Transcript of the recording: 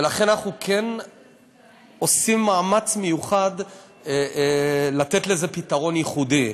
ולכן אנחנו כן עושים מאמץ מיוחד לתת לזה פתרון ייחודי.